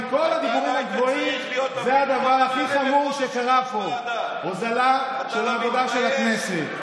הלכו לבג"ץ כמו לגננת שתתערב בעבודה השוטפת של הכנסת.